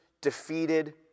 defeated